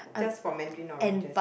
just for mandarin oranges